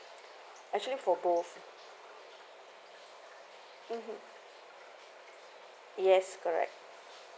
actually for both mmhmm yes correct